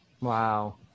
Wow